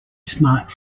smart